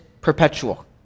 perpetual